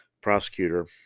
prosecutor